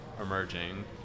emerging